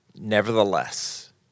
Nevertheless